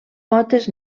potes